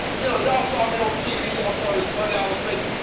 you know y'all saw me on tv, y'all saw this money i was making.